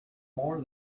more